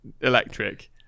electric